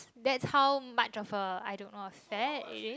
that's how much of a I don't know fat is